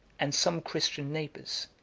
and some christian neighbors,